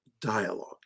dialogue